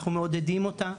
אנחנו מעודדים אותה,